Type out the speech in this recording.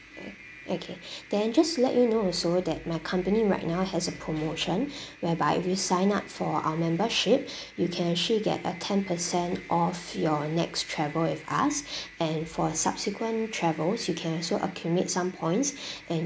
o~ okay then just to let you know also that my company right now has a promotion whereby if you sign up for our membership you can actually get a ten percent off your next travel with us and for subsequent travels you can also accumulate some points and